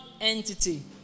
entity